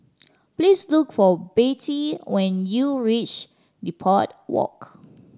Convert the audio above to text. please look for Bettye when you reach Depot Walk